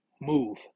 Move